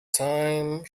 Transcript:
time